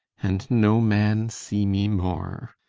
and no man see me more.